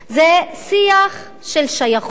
זה שיח של שייכות,